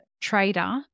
trader